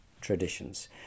traditions